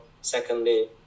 secondly